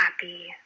happy